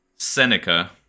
Seneca